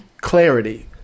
clarity